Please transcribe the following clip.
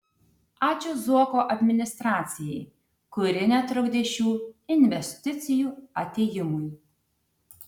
ačiū zuoko administracijai kuri netrukdė šių investicijų atėjimui